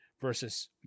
versus